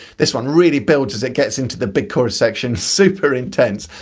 this one really builds as it gets into the big chorus section super intense!